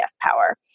power